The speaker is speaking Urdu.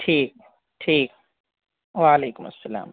ٹھیک ٹھیک وعلیکم السلام